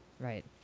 right